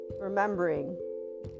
remembering